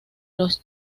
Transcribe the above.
los